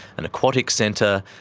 an aquatic centre,